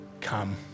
Come